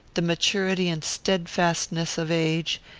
the maturity and steadfastness of age,